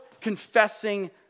confessing